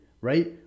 right